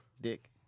Dick